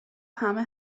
همه